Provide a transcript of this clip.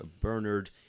Bernard